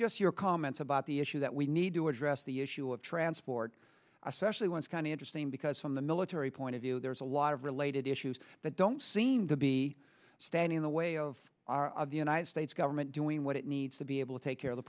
just your comments about the issue that we need to address the issue of transport especially ones kind of interesting because from the military point of view there's a lot of related issues that don't seem to be standing in the way of our of the united states government doing what it needs to be able to take care of the